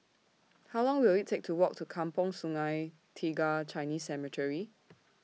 How Long Will IT Take to Walk to Kampong Sungai Tiga Chinese Cemetery